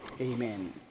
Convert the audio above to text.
Amen